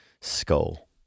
skull